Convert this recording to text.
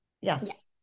Yes